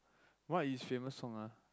what his famous song ah